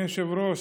אדוני היושב-ראש,